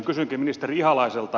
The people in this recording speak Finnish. kysynkin ministeri ihalaiselta